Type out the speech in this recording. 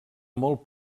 molt